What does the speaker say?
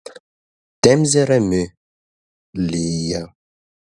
temzė rami lyja